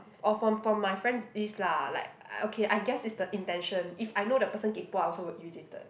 or for for my friend is lah like okay I guess it's the intention if I know the person kaypoh I also will irritated